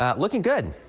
ah looking good.